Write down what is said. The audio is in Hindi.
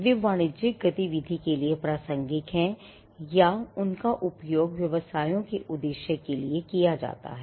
वे वाणिज्यिक गतिविधि के लिए प्रासंगिक हैं या उनका उपयोग व्यवसायों के उद्देश्य के लिए किया जाता है